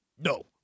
No